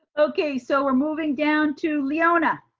okay, so we're moving down to leona.